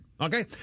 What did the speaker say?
Okay